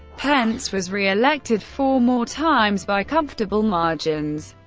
pence was re-elected four more times by comfortable margins.